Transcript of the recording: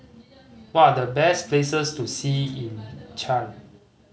what are the best places to see in Chad